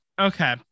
okay